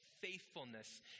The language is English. faithfulness